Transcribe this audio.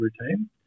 routine